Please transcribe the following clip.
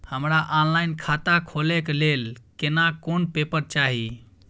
हमरा ऑनलाइन खाता खोले के लेल केना कोन पेपर चाही?